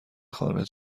خانه